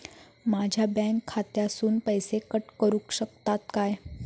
माझ्या बँक खात्यासून पैसे कट करुक शकतात काय?